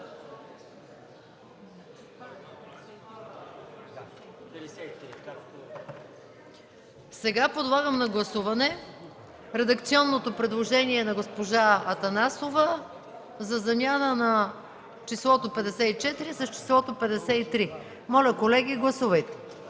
Сега подлагам на гласуване редакционното предложение на госпожа Атанасова за замяна на числото „54” с числото „53”. Моля, колеги, гласувайте.